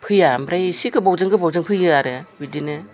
फैया ओमफ्राय एसे गोबावजों गोबावजों फैयो आरो बिदिनो